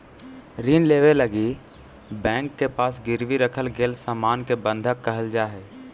ऋण लेवे लगी बैंक के पास गिरवी रखल गेल सामान के बंधक कहल जाऽ हई